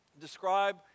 describe